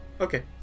Okay